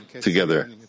together